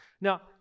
Now